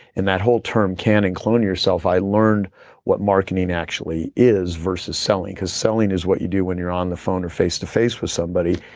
and that whole term, can and clone yourself, i learned what marketing actually is versus selling because selling is what you do when you're on the phone or face to face with somebody,